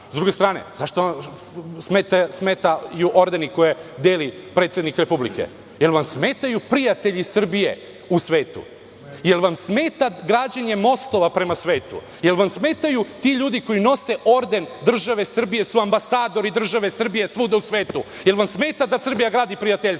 S druge strane, zašto vam smetaju ordeni koje deli predsednik Republike? Jel vam smetaju prijatelji Srbije u svetu? Jel vam smeta građenje mostova prema svetu? Jel vam smetaju ti ljudi koji nose orden države Srbije su ambasadori države Srbije svuda u svetu? Jel vam smeta da Srbija gradi prijateljstva?